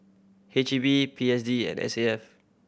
H E B P S D and S A F